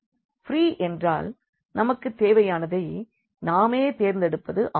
free என்றால் நமக்கு தேவையானதை நாமே தேர்ந்தெடுப்பது ஆகும்